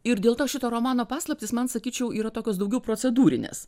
ir dėl to šito romano paslaptys man sakyčiau yra tokios daugiau procedūrinės